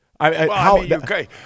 okay